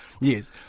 Yes